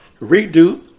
redo